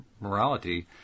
morality